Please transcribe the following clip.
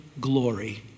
glory